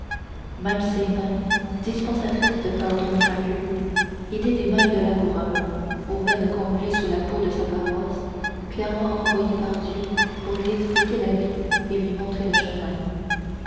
même ses mains dispensatrices de pardons miraculeux étaient des mains de laboureur aux veines gonflées sous la peau brune mais maria ne voyait en lui que le prêtre le curé de la paroisse clairement envoyé par dieu pour lui expliquer la vie et lui montrer le chemin